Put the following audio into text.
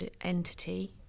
Entity